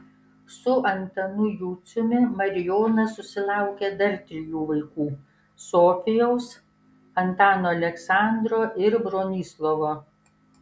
su antanu juciumi marijona susilaukė dar trijų vaikų sofijos antano aleksandro ir bronislovo